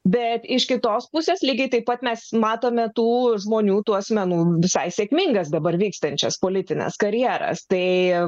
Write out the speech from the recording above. bet iš kitos pusės lygiai taip pat mes matome tų žmonių tų asmenų visai sėkmingas dabar vykstančias politines karjeras tai